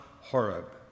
Horeb